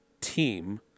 team